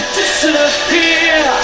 disappear